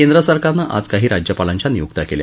केंद्र सरकारनं आज काही राज्यपालांच्या नियुक्त्या केल्या